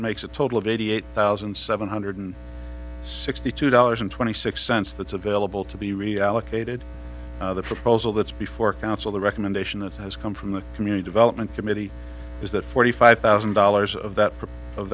makes a total of eighty eight thousand seven hundred sixty two dollars and twenty six cents that's available to be reallocated the proposal that's before council the recommendation that has come from the community development committee is that forty five thousand dollars